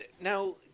now